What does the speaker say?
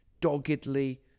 doggedly